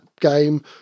game